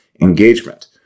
engagement